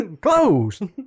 Close